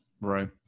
Right